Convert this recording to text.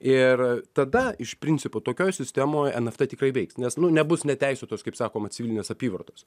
ir tada iš principo tokioj sistemoj nft tikrai veiks nes nu nebus neteisėtos kaip sakoma civilinės apyvartos